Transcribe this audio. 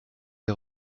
des